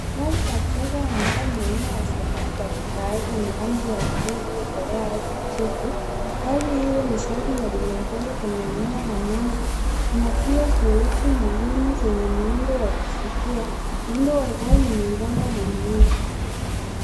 Gari la kisasa ambayo ni ya aina ya sedan ya kifahari yenye rangi ya bluu iliyokolea au kijivu. Gari hili ni safi na limeegeshwa kwenye eneo ya nyasi. Ina vioo vyeusi na rimu zenye muundo wa kuvutia. Muundo wa gari ni nyembamba na mrefu.